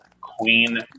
Queen